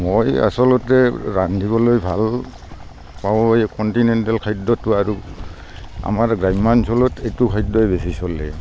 মই আচলতে ৰান্ধিবলৈ ভাল পাওঁ এই কণ্টিণেণ্টেল খাদ্যটো আৰু আমাৰ গ্ৰাম্যাঞ্চলত এইটো খাদ্যই বেছি চলে